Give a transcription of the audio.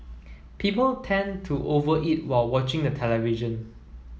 people tend to over eat while watching the television